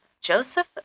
Joseph